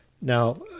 Now